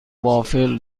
وافل